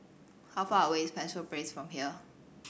how far away is Penshurst Place from here